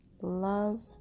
love